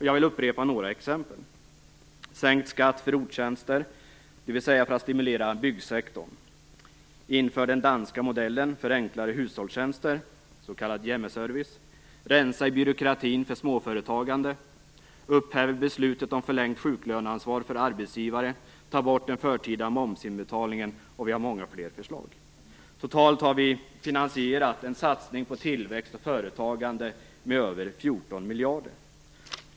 Jag vill upprepa några exempel: att sänka skatten för ROT-tjänster, dvs. stimulera byggsektorn, att införa den danska modellen för hushållstjänster, s.k. hjemmeservice, att rensa i byråkratin för småföretagande, att upphäva beslutet om förlängt sjuklöneansvar för arbetsgivare, att ta bort den förtida momsinbetalningen. Vi har många fler förslag. Totalt har vi finansierat en satsning på tillväxt och företagande med över 14 miljarder.